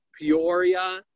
peoria